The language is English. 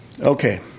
okay